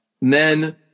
Men